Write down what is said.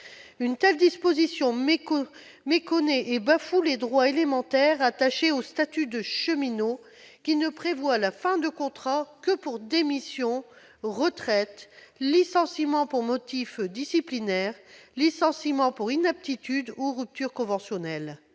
Une telle disposition méconnaît et bafoue les droits élémentaires attachés au statut de cheminot, qui ne prévoit la fin d'un contrat que pour démission, retraite, licenciement pour motif disciplinaire, licenciement pour inaptitude ou rupture conventionnelle.